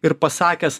ir pasakęs